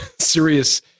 serious